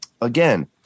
again